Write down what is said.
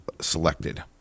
selected